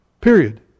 Period